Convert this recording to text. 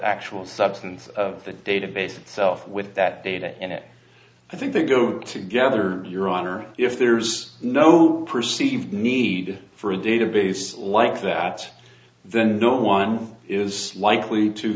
actual substance of the database itself with that data in it i think they go to gather your honor if there's no perceived need for a database like that then don't one is likely to